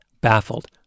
baffled